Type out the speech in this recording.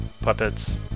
puppets